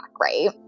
right